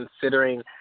considering